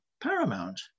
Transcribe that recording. paramount